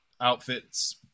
outfits